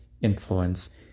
influence